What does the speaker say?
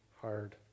hard